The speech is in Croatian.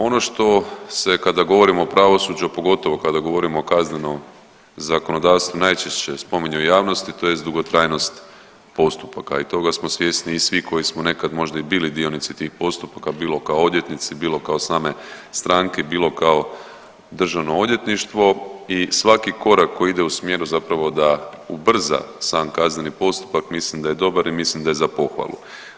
Ono što se kada govorimo o pravosuđu, a pogotovo kada govorimo o kaznenom zakonodavstvu najčešće spominje u javnosti tj. dugotrajnost postupaka i toga smo svjesni i svi koji smo nekad možda i bili dionici tih postupaka bilo kao odvjetnici, bilo kao same stranke, bilo kao državno odvjetništvo i svaki korak koji ide u smjeru zapravo da ubrza sam kazneni postupak mislim da je dobar i mislim da je za pohvalu.